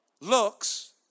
looks